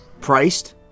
priced